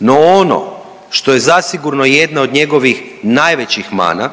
No, ono što je zasigurno jedna od njegovih najvećih mana